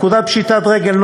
43. פקודת פשיטת רגל ,